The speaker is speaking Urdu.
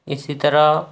اسی طرح